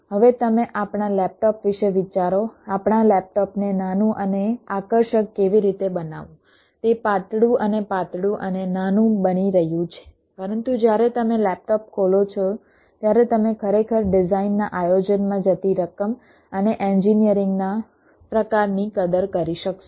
હવે તમે આપણા લેપટોપ વિશે વિચારો આપણા લેપટોપને નાનું અને આકર્ષક કેવી રીતે બનાવવું તે પાતળું અને પાતળું અને નાનું બની રહ્યું છે પરંતુ જ્યારે તમે લેપટોપ ખોલો છો ત્યારે તમે ખરેખર ડિઝાઇન ના આયોજનમાં જતી રકમ અને એન્જિનિયરિંગ ના પ્રકારની કદર કરી શકશો